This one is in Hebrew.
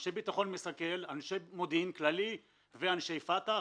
אנשי ביטחון מסכל, אנשי מודיעין כללי ואנשי פת"ח.